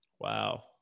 Wow